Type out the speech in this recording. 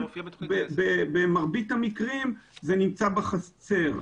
במרבית המקרים הם בחצר.